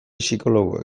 psikologoek